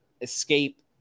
escape